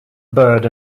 byrd